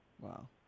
Wow